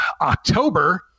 October